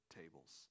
tables